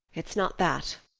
it's not that.